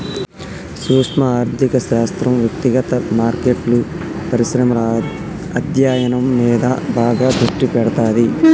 సూక్శ్మ ఆర్థిక శాస్త్రం వ్యక్తిగత మార్కెట్లు, పరిశ్రమల అధ్యయనం మీద బాగా దృష్టి పెడతాది